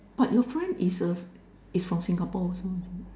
but your friend is a is from Singapore also is it